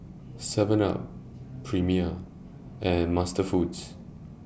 Seven up Premier and MasterFoods